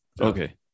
Okay